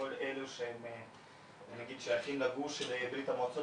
כל אלה שנגיד שייכים לגוש של ברית המועצות